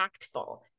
impactful